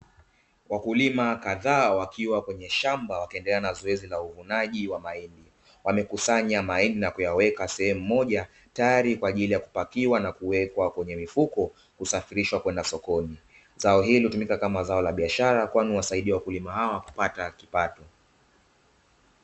Wakulima kadhaa wakiwa kwenye shamba wakaendelea na zoezi la uvunaji wa mahindi. Wamekusanya mahindi na kuyaweka sehemu moja tayari kwa ajili ya kupakiwa na kuwekwa kwenye mifuko kusafirishwa kwenda sokoni. Zao hili hutumika kama zao la biashara kwani huwasaidia wakulima hawa kupata kipato.